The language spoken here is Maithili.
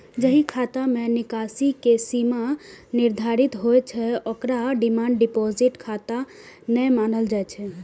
जाहि खाता मे निकासी के सीमा निर्धारित होइ छै, ओकरा डिमांड डिपोजिट खाता नै मानल जाइ छै